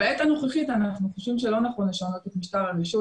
בעת הנוכחית אנחנו חושבים שלא נכון לשנות את משטר הרישוי,